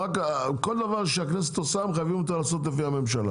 כל דבר שהכנסת עושה מחייבים אותה לעשות לפי הממשלה.